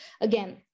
Again